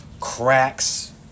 Cracks